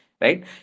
right